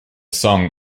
song